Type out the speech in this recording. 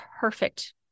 perfect